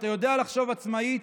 אתה יודע לחשוב עצמאית,